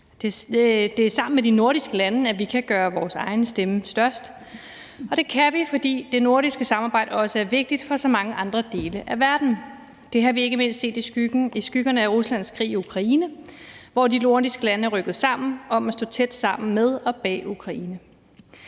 Det er sammen med de nordiske lande, at vi kan gøre vores egen stemme størst, og det kan vi, fordi det nordiske samarbejde også er vigtigt for så mange andre dele af verden. Det har vi ikke mindst set i skyggerne af Ruslands krig i Ukraine, hvor de nordiske lande er rykket sammen om at stå tæt sammen med og bag Ukraine.